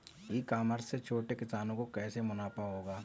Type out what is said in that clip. ई commerce से छोटे किसानों को कैसे मुनाफा होगा?